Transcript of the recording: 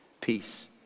peace